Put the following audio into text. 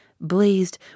blazed